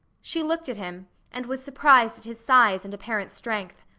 she looked at him and was surprised at his size and apparent strength.